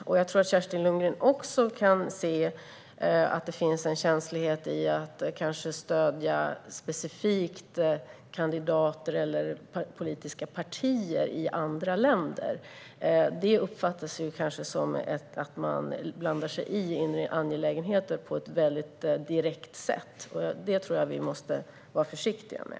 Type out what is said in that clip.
Och jag tror att också Kerstin Lundgren kan se att det är känsligt att stödja specifika kandidater eller politiska partier i andra länder. Det uppfattas kanske som att vi blandar oss i inre angelägenheter på ett väldigt direkt sätt, och det tror jag att vi måste vara försiktiga med.